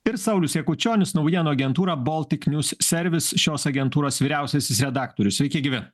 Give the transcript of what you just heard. ir saulius jakučionis naujienų agentūra boltik njūs servis šios agentūros vyriausiasis redaktorius sveiki gyvi